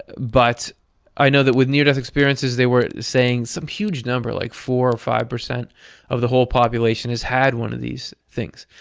but i know that with near-death experiences they were saying some huge number, like four or five percent of the whole population has had one of these things.